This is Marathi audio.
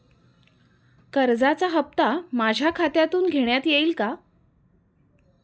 कर्जाचा हप्ता माझ्या खात्यातून घेण्यात येईल का?